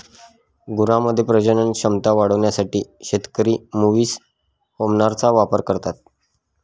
गुरांमध्ये प्रजनन क्षमता वाढवण्यासाठी शेतकरी मुवीस हार्मोनचा वापर करता